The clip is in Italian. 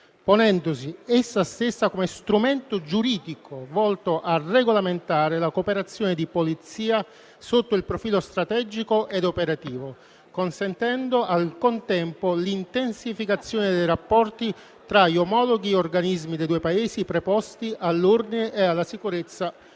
ponendosi essa stessa come strumento giuridico volto a regolamentare la cooperazione di polizia sotto il profilo strategico e operativo, consentendo al contempo l'intensificazione dei rapporti tra gli omologhi organismi dei due Paesi preposti all'ordine e alla sicurezza pubblica.